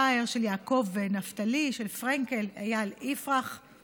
יעקב נפתלי פרנקל, איל יפרח, גיל-עד, נפתלי ואיל.